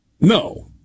No